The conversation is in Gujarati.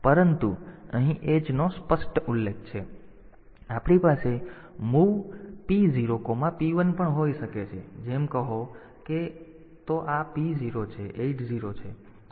પછી આપણી પાસે MOV P0 P1 પણ હોઈ શકે છે જેમ કહો કે તો આ P0 છે 80 છે અને P1 90 છે